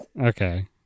Okay